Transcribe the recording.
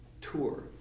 tour